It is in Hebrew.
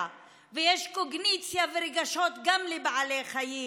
ויש קוגניציה ורגשות גם לבעלי חיים.